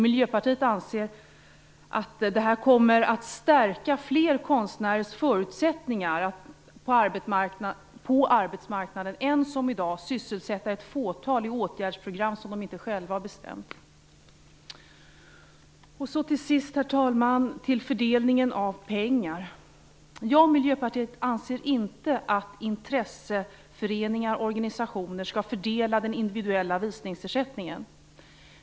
Miljöpartiet anser att detta kommer att stärka fler konstnärers förutsättningar på arbetsmarknaden än i dag, när man sysselsätter ett fåtal i åtgärdsprogram som de inte själva har bestämt. Avslutningsvis, herr talman, över till fördelningen av pengar. Jag och Miljöpartiet anser inte att intresseföreningar eller andra organisationer skall fördela den individuella visningsersättningen.